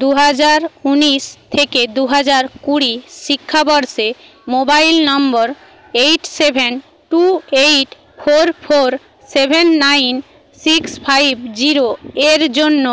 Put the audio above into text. দু হাজার ঊনিশ থেকে দু হাজার কুড়ি শিক্ষাবর্ষে mobile number eight seven two eight four four seven nine six five zero এর জন্য